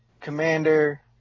Commander